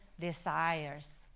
desires